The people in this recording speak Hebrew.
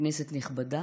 כנסת נכבדה,